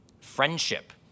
friendship